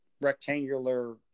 rectangular